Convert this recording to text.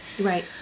right